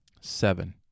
Seven